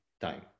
time